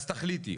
אז תחליטי,